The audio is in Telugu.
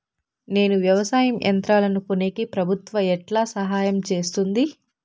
నేను వ్యవసాయం యంత్రాలను కొనేకి ప్రభుత్వ ఎట్లా సహాయం చేస్తుంది?